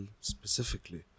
specifically